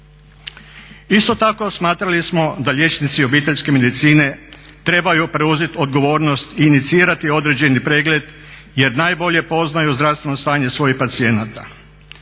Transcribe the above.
Isto tako smatrali smo da liječnici obiteljske medicine trebaju preuzeti odgovornost i inicirati određeni pregled jer najbolje poznaju zdravstveno stanje svojih pacijenata.